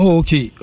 okay